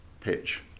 pitch